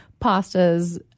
pastas